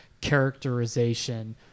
characterization